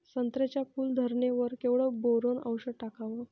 संत्र्याच्या फूल धरणे वर केवढं बोरोंन औषध टाकावं?